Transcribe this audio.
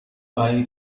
bei